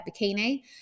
bikini